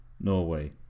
Norway